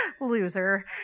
loser